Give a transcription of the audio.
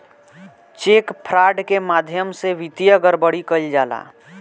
check fraud के माध्यम से वित्तीय गड़बड़ी कईल जाला